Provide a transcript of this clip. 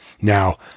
Now